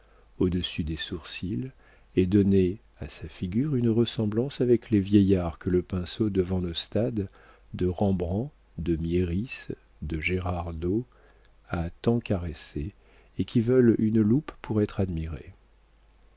au-dessus des sourcils et donnaient à sa figure une ressemblance avec les vieillards que le pinceau de van ostade de rembrandt de miéris de gérard dow a tant caressés et qui veulent une loupe pour être admirés